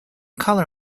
color